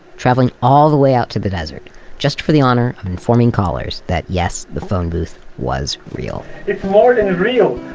traveling all the way out to the desert just for the honor of informing callers that, yes, the phone booth was real it's more than real.